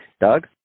Doug